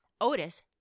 Otis